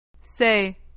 Say